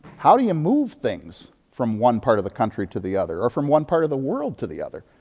how do you move things from one part of the country to the other or from one part of the world to the other?